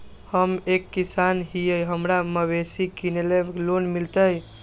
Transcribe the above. हम एक किसान हिए हमरा मवेसी किनैले लोन मिलतै?